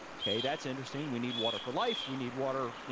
okay that's interesting. we need water for life, we need water,